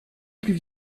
plus